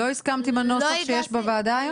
לא הסכמת עם הנוסח שיש בוועדה היום?